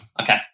Okay